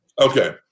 Okay